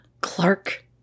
Clark